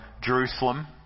Jerusalem